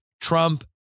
Trump